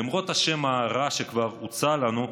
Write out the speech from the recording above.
למרות השם הרע שכבר הוצא לנו,